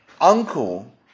uncle